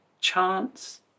chance